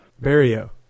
Barrio